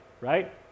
right